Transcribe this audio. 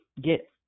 get